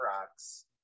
rocks